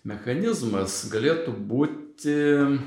mechanizmas galėtų būti